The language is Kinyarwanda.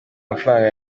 amafaranga